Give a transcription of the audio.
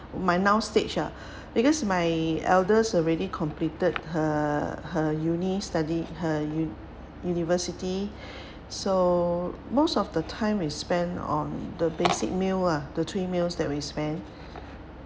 my now stage ah because my eldest already completed her her uni study her u~ university so most of the time we spend on the basic meal ah the three meals that we spend